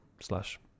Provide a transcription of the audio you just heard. slash